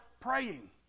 praying